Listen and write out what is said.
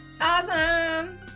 Awesome